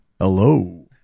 hello